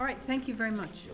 all right thank you very much